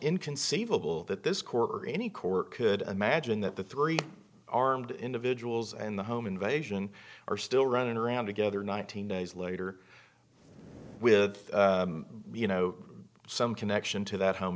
inconceivable that this quarter any court could imagine that the three armed individuals and the home invasion are still running around together nineteen days later with you know some connection to that home